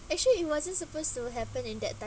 actually it wasn't supposed to happen in that time